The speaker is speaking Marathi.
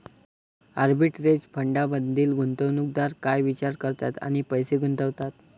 आर्बिटरेज फंडांमधील गुंतवणूकदार काय विचार करतात आणि पैसे गुंतवतात?